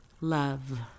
love